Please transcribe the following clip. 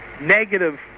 negative